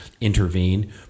intervene